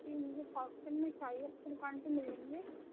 جی مجھے کاسٹیوم میں چاہیے آپ کی دُکان سے مل لیں گے